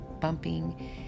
bumping